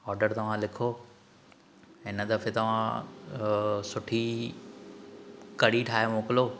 order तव्हां लिखो हिन दफ़े तव्हां सुठी कढ़ी ठाहे मोकिलियो